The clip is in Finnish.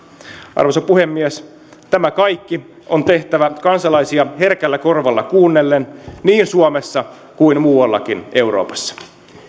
arvoisa puhemies tämä kaikki on tehtävä kansalaisia herkällä korvalla kuunnellen niin suomessa kuin muallakin euroopassa